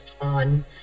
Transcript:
on